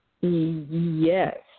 Yes